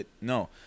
no